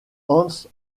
hans